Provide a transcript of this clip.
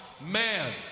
man